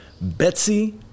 Betsy